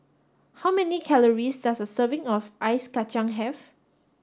how many calories does a serving of ice Kacang have